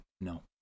no